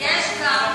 לא, יש ויש, נכון.